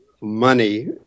money